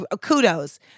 Kudos